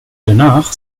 danach